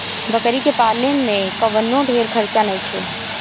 बकरी के पाले में कवनो ढेर खर्चा नईखे